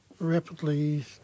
rapidly